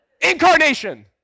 Incarnation